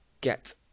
get